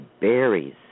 berries